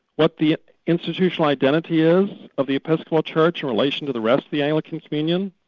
what the institutional identity is of the episcopal church in relation to the rest of the anglican communion,